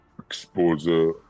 exposure